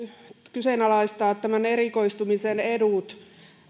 kyseenalaistaa tämän erikoistumisen edut